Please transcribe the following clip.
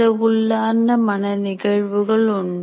சில உள்ளார்ந்த மன நிகழ்வுகள் உண்டு